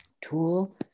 tool